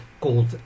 called